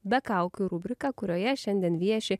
be kaukių rubriką kurioje šiandien vieši